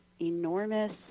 enormous